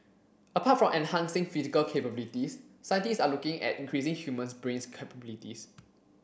apart from enhancing physical capabilities scientists are looking at increasing human's brain capabilities